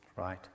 right